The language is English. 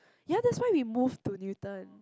ya that's why we moved to Newton